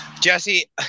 Jesse